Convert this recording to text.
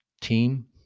Team